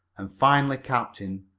and finally captain,